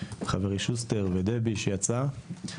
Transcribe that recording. חברי שוסטר ודבי שיצאה.